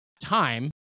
time